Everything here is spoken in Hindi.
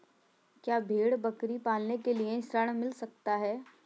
क्या भेड़ बकरी पालने के लिए ऋण मिल सकता है?